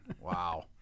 Wow